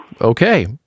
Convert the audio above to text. Okay